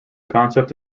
concept